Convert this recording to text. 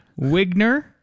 Wigner